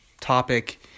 topic